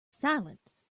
silence